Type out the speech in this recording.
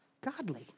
godly